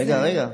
רגע, רגע.